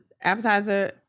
appetizer